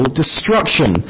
destruction